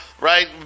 right